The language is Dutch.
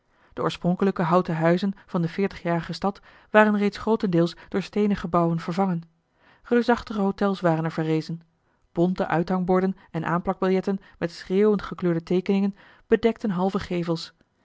de oorspronkelijke houten huizen van de veertigjarige stad waren reeds grootendeels door steenen gebouwen vervangen reusachtige hôtels waren er verrezen bonte uithangborden en aanplakbiljetten met schreeuwend gekleurde teekeningen bedekten halve gevels